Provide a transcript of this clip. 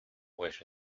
卫视